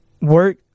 work